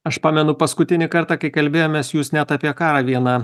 aš pamenu paskutinį kartą kai kalbėjomės jūs net apie karą vieną